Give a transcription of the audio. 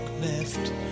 left